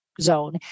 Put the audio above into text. zone